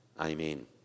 amen